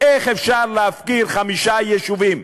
איך אפשר להפקיר חמישה יישובים?